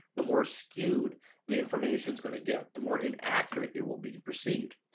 the more skewed the information is going to get, the more inaccurate it will be perceived.